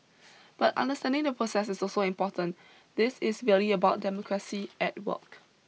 but understanding the process is also important this is really about democracy at work